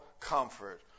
comfort